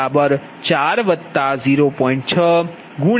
6Pg1 4 0